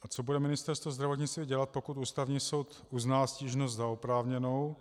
A co bude Ministerstvo zdravotnictví dělat, pokud Ústavní soud uzná stížnost za oprávněnou?